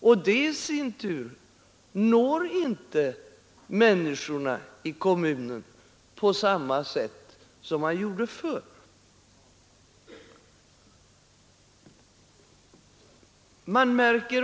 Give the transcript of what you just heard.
Och de i sin tur når inte människorna i kommunen på samma sätt som man gjorde förr.